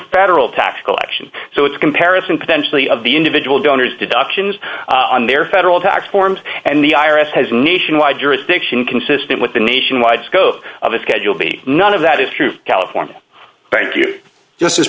federal tax collection so it's comparison potentially of the individual donors deductions on their federal tax forms and the i r s has nationwide jurisdiction consistent with the nationwide scope of a schedule be none of that is true for california thank you justice